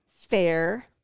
Fair